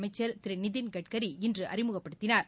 அமைச்சர் திரு நிதின் கட்கரி இன்று அறிமுகப்படுத்தினார்